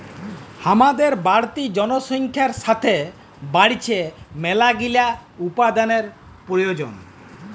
হামাদের বাড়তি জনসংখ্যার সাতে বাইড়ছে মেলাগিলা উপাদানের প্রয়োজন